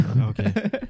Okay